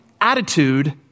attitude